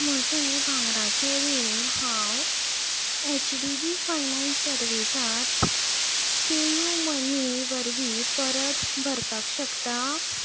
म्हजें भांगराचें रीण हांव एच डी बी फायनॅन्स सर्विसात पेयू मनी वरवीं परत भरपाक शकता